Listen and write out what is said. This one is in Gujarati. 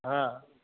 હા